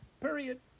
Period